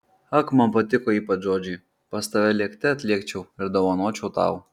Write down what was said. ak man patiko ypač žodžiai pas tave lėkte atlėkčiau ir dovanočiau tau